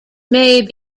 may